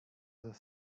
the